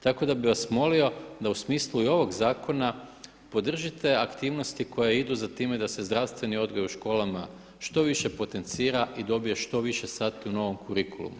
Tako da bi vas molio da u smislu i ovog zakona podržite aktivnosti koje idu za time da se zdravstveni odgoj u školama što više potencira i dobije što više sati u novom kurikulumu.